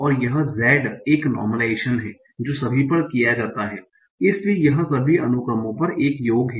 और यह Z एक नार्मलाइजेशन है जो सभी पर किया जाता है इसलिए यह सभी अनुक्रमों पर एक योग है